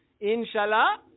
Inshallah